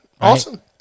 Awesome